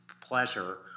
pleasure